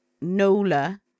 Nola